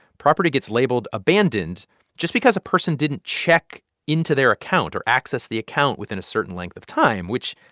property gets labeled abandoned just because a person didn't check into their account or access the account within a certain length of time, which,